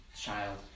child